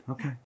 Okay